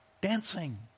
dancing